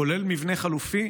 כולל מבנה חלופי,